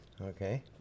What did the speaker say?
okay